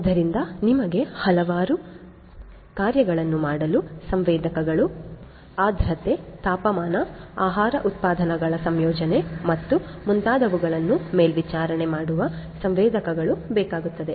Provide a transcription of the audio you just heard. ಆದ್ದರಿಂದ ನಿಮಗೆ ಹಲವಾರು ಕಾರ್ಯಗಳನ್ನು ಮಾಡಲು ಸಂವೇದಕಗಳು ಆರ್ದ್ರತೆ ತಾಪಮಾನ ಆಹಾರ ಉತ್ಪನ್ನಗಳ ಸಂಯೋಜನೆ ಮತ್ತು ಮುಂತಾದವುಗಳನ್ನು ಮೇಲ್ವಿಚಾರಣೆ ಮಾಡುವ ಸಂವೇದಕಗಳು ಬೇಕಾಗುತ್ತವೆ